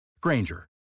Granger